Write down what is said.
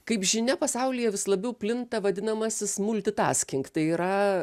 kaip žinia pasaulyje vis labiau plinta vadinamasis multitasking tai yra